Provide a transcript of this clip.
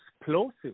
explosive